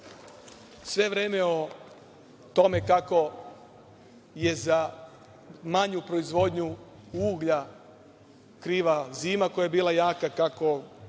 sve vreme o tome kako je za manju proizvodnju uglja kriva zima koja je bila jaka, kako